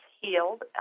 healed